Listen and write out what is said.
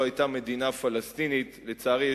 לצערי,